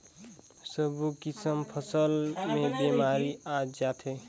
सब्बो किसम फसल मे बेमारी आ जाथे